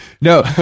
No